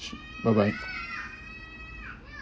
bye bye